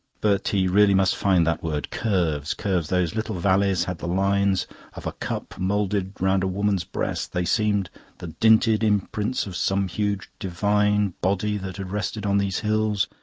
but he really must find that word. curves curves. those little valleys had the lines of a cup moulded round a woman's breast they seemed the dinted imprints of some huge divine body that had rested on these hills.